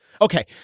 Okay